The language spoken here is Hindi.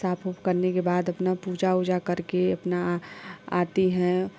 साफ उफ करने के बाद अपना पूजा उजा करके अपना आती हैं और